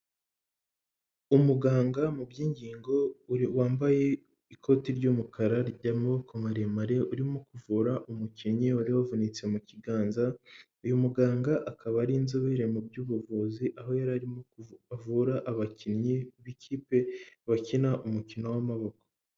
Umuganga mu by'ingingo wambaye ikoti ry'umukara ry'amaboko maremare urimo kuvura umukinnyi wari wavunitse mu kiganza uyu muganga akaba ari inzobere mu by'ubuvuzi aho yari arimo avura abakinnyi b'ikipe bakina umukino w'amaboko.